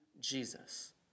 jesus